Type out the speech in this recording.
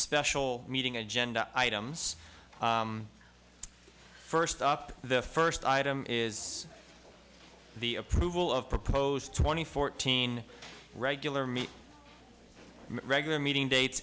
special meeting agenda items first up the first item is the approval of proposed twenty fourteen regular meet regular meeting dates